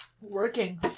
Working